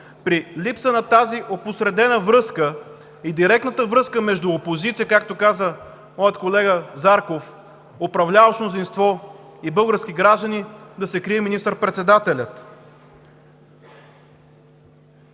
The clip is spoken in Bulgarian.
при липса на тази опосредена връзка и директната връзка между опозиция, както каза моят колега Зарков, управляващото мнозинство и българските граждани да се крие министър-председателят.